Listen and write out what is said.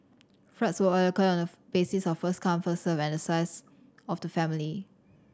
flats were allocated on the basis of first come first served and on the size of the family